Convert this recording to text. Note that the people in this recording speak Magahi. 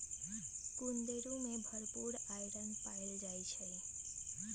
कुंदरू में भरपूर आईरन पाएल जाई छई